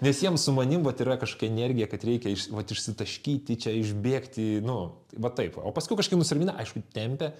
nes jiems su manim vat yra kažkokia energija kad reikia iš vat išsitaškyti čia išbėgti nu va taip o paskiau kažkaip nusiramina aišku tempia